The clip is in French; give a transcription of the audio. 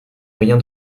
rien